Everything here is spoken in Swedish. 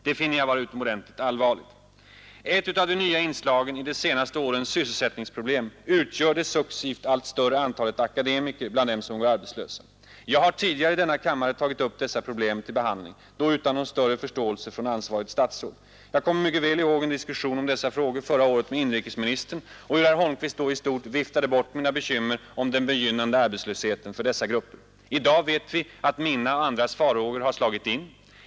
Det finner jag vara utomordentligt allvarligt. Ett av de nya inslagen i de senaste årens sysselsättningsproblem utgör det successivt allt större antalet akademiker bland dem som går arbetslösa. Jag har tidigare i denna kammare tagit upp dessa problem till behandling, då utan någon större förståelse från ansvarigt statsråd. Jag kommer mycket väl ihåg en diskussion om dessa frågor förra året med inrikesministern och hur herr Holmqvist då i stort viftade bort mina bekymmer om den begynnande arbetslösheten för dessa grupper. I dag vet vi att mina och andras farhågor har slagit in.